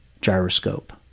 gyroscope